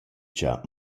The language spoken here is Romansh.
cha